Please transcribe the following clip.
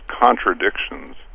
contradictions